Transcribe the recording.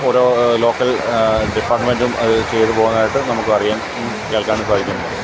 ഓരോ ലോക്കൽ ഡിപ്പാർട്ട്മെൻ്റും അത് ചെയ്തു പോകുന്നതായിട്ട് നമുക്ക് അറിയാൻ കേൾക്കാനും സാധിക്കുന്നു